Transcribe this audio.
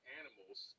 animals –